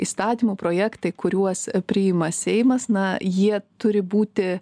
įstatymų projektai kuriuos priima seimas na jie turi būti